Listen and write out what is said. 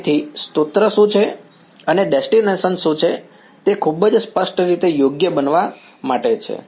તેથી સ્ત્રોત શું છે અને ડેસ્ટીનેશન શું છે તે ખૂબ જ સ્પષ્ટ રીતે યોગ્ય બનાવવા માટે છે